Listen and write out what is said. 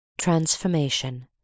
Transformation